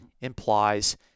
implies